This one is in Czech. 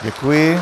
Děkuji.